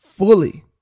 fully